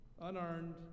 Unearned